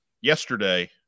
yesterday